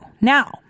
Now